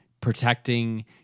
protecting